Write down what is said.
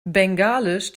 bengalisch